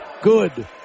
Good